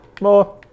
more